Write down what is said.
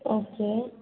okay